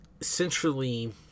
essentially